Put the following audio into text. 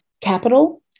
Capital